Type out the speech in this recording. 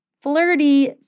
flirty